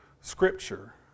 Scripture